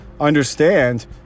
understand